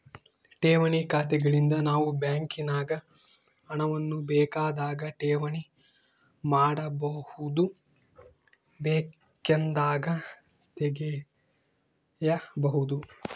ಠೇವಣಿ ಖಾತೆಗಳಿಂದ ನಾವು ಬ್ಯಾಂಕಿನಾಗ ಹಣವನ್ನು ಬೇಕಾದಾಗ ಠೇವಣಿ ಮಾಡಬಹುದು, ಬೇಕೆಂದಾಗ ತೆಗೆಯಬಹುದು